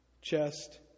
chest